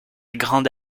grande